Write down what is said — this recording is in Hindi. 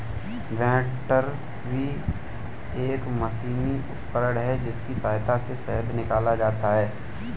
बैटरबी एक मशीनी उपकरण है जिसकी सहायता से शहद निकाला जाता है